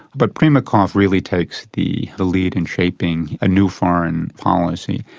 but primakov really takes the the lead in shaping a new foreign policy.